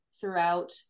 throughout